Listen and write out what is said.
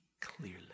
clearly